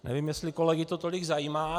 Nevím, jestli kolegy to tolik zajímá.